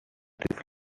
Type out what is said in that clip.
this